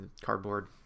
cardboard